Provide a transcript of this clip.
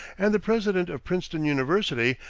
and the president of princeton university,